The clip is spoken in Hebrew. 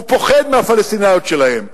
הוא פוחד מהפלסטיניות שלהם.